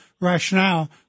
rationale